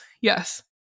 Yes